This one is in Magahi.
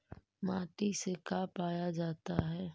माटी से का पाया जाता है?